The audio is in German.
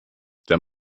der